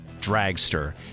dragster